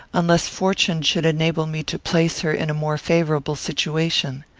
unless fortune should enable me to place her in a more favourable situation.